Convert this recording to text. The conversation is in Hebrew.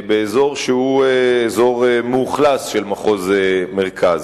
באזור שהוא אזור מאוכלס, מחוז מרכז.